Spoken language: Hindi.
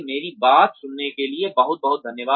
मेरी बात सुनने के लिए बहुत बहुत धन्यवाद